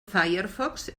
firefox